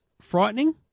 frightening